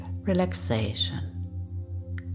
relaxation